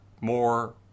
more